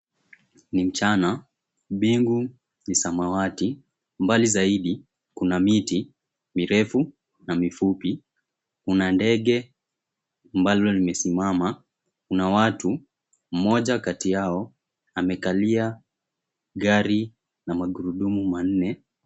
Ni mchana mbingu ni samawati mbali zaidi kuna miti mirefu na mifupi, kuna ndege ambalo limesimama, kuna watu mmoja kati yao amekalia gari la magurudumu manne.